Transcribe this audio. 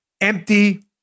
empty